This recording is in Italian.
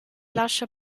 lascia